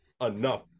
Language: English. enough